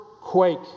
quake